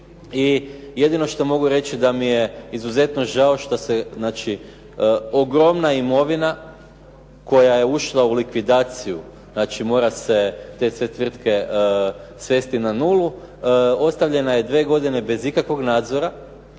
i jedino što mogu reći da mi je izuzetno žao što se znači ogromna imovina koja je ušla u likvidaciju, znači mora se te sve tvrtke svesti na nulu, ostavljena je dvije godine bez ikakvog nadzora,